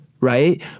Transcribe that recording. right